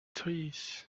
trees